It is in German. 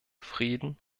frieden